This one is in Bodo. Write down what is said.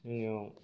जोंनियाव